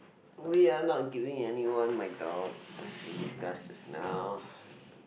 we are not giving anyone my dog as we discussed just now